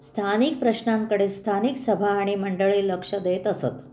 स्थानिक प्रश्नांकडे स्थानिक सभा आणि मंडळी लक्ष देत असत